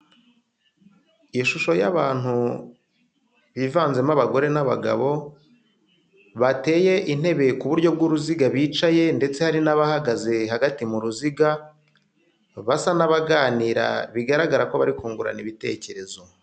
Ishusho y'abantu bivanzemo abagore n'abagabo, bateye intebe ku buryo bw'uruziga bicaye ndetse hari n'abahagaze hagati mu ruziga basa n'abaganira, bigaragara ko bari kungurana ibitekerezo.